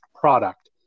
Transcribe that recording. product